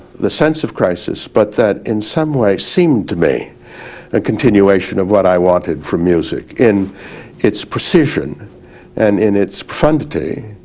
the sense of crisis, but that in some way seemed to me a continuation of what i wanted from music in it's precision and in it's profundity,